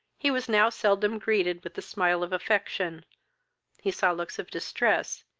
he was now seldom greeted with the smile of affection he saw looks of distress,